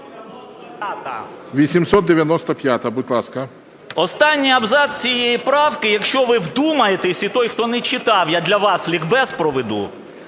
СОБОЛЄВ С.В. Останній абзац цієї правки, якщо ви вдумаєтеся, і той, хто не читав, я для вас лікбез проведу,